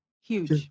Huge